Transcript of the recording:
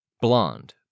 Blonde